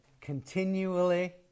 continually